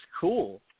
cool